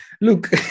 look